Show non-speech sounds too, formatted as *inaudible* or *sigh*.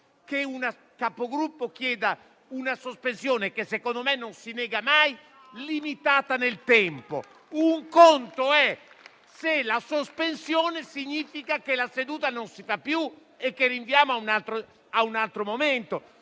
che una Capogruppo chieda una sospensione, che secondo me non si nega mai, limitata nel tempo, *applause* un conto è se la sospensione significa che la seduta non si fa più e che rinviamo a un altro momento.